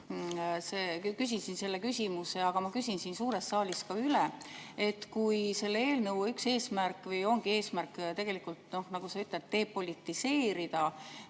küsisin seda, aga ma küsin siin suures saalis üle. Kui selle eelnõu üks eesmärke on või see ongi eesmärk tegelikult, nagu sa ütled, depolitiseerida